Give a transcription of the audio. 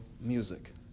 music